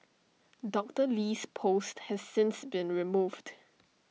Doctor Lee's post has since been removed